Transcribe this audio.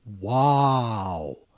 Wow